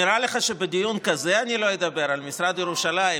נראה לך שבדיון כזה אני לא אדבר על משרד ירושלים?